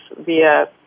via